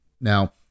Now